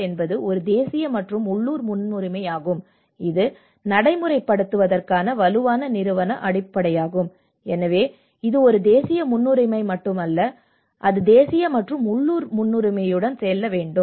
R என்பது ஒரு தேசிய மற்றும் உள்ளூர் முன்னுரிமையாகும் இது நடைமுறைப்படுத்துவதற்கான வலுவான நிறுவன அடிப்படையாகும் எனவே இது ஒரு தேசிய முன்னுரிமை மட்டுமல்ல அது தேசிய மற்றும் உள்ளூர் முன்னுரிமையுடன் செல்ல வேண்டும்